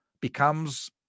becomes